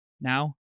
Now